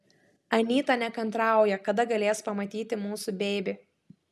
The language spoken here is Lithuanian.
anyta nekantrauja kada galės pamatyti mūsų beibį